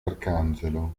arcangelo